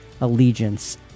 allegiance